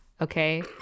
okay